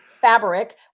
fabric